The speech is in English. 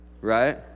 right